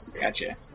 gotcha